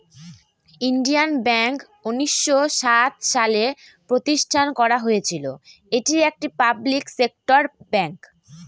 Indian bank উনিশশো সাত সালে প্রতিষ্ঠান করা হয়েছিল এটি একটি পাবলিক সেক্টর ব্যাঙ্ক